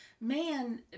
man